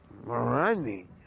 running